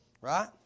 Right